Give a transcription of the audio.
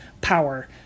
power